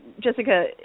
Jessica